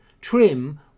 Trim